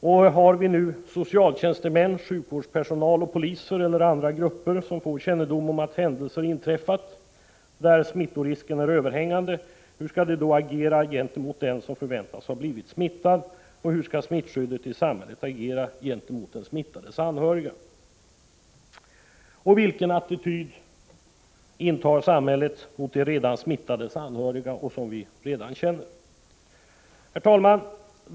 Om vi nu har socialtjänstemän, sjukvårdspersonal och poliser eller andra grupper som får kännedom om att händelser inträffat, där smittorisken är överhängande, hur skall de då agera mot den som förväntas ha blivit smittad, och hur skall smittskyddet i samhället agera gentemot den smittades anhöriga? Vilken attityd intar samhället mot de redan smittades anhöriga, som vi redan känner? Herr talman!